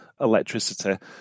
electricity